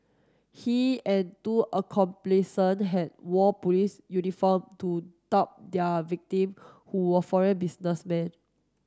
he and two had wore police uniform to their victim who were foreign businessmen